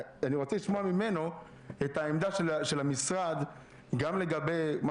לשמוע את העמדה של המשרד גם לגבי מה